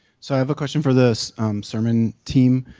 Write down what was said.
so i have a question for this sermon team.